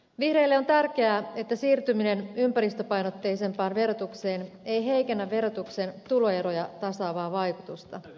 vihreille on tärkeää että siirtyminen ympäristöpainotteisempaan verotukseen ei heikennä verotuksen tuloeroja tasaavaa vaikutusta